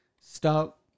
Stop